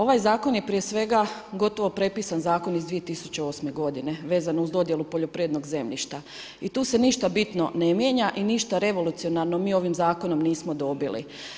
Ovaj zakon je prije svega gotovo prepisan zakon iz 2008. godine vezano uz dodjelu poljoprivrednog zemljišta i tu se ništa bitno ne mijenja i ništa revolucionarno mi ovim zakonom nismo dobili.